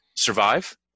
survive